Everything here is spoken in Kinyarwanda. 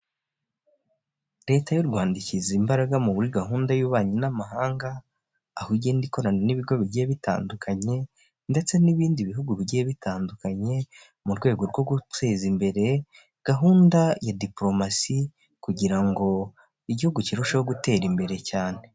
Leta y'u rwanda ishyize imbaraga muri gahunda y'ububanyi n'amahanga; aho igenda ikorana n'ibigo bigiye bitandukanye ndetse n'ibindi bihugu bigiye bitandukanye; mu rwego rwo guteza imbere gahunda ya dipolomasi; kugira ngo igihugu kirusheho gutera imbere cyane.